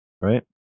right